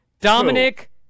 Dominic